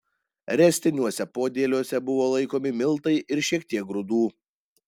ręstiniuose podėliuose buvo laikomi miltai ir šiek tiek grūdų